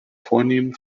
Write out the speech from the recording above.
vornehmen